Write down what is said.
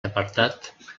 apartat